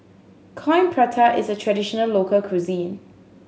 Coin Prata is a traditional local cuisine